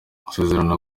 gusezerana